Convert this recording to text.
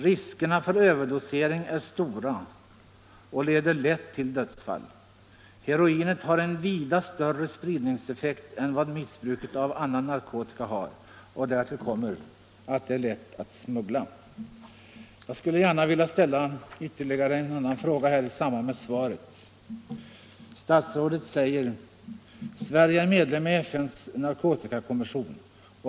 Riskerna för överdosering är stora, och överdosering leder lätt till dödsfall. Missbruk av heroinet har en vida större spridningseffekt än vad missbruk av annan narkotika har. Därtill kommer att det är lätt att smuggla. Jag skulle gärna vilja ställa ytterligare en fråga i samband med svaret. Statsrådet säger: ”Sverige är medlem i FN:s narkotikakommission.